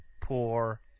poor